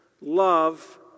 love